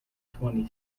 twenty